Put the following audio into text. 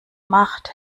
macht